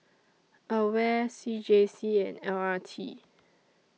AWARE C J C and L R T